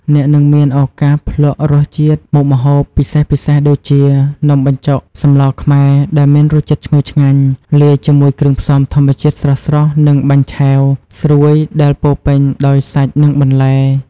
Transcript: អ្នកនឹងមានឱកាសភ្លក្សរសជាតិមុខម្ហូបពិសេសៗដូចជា នំបញ្ចុកសម្លរខ្មែរ ដែលមានរសជាតិឈ្ងុយឆ្ងាញ់ លាយជាមួយគ្រឿងផ្សំធម្មជាតិស្រស់ៗ និង បាញ់ឆែវ ស្រួយដែលពោរពេញដោយសាច់ និងបន្លែ។